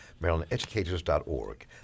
MarylandEducators.org